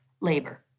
labor